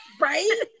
Right